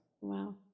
Wow